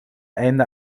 einde